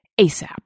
ASAP